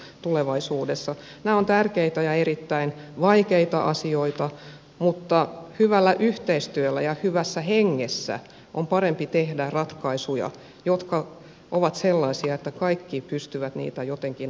nämä ovat tärkeitä ja erittäin vaikeita asioita mutta hyvällä yhteistyöllä ja hyvässä hengessä on parempi tehdä ratkaisuja jotka ovat sellaisia että kaikki pystyvät ne jotenkin omaksumaan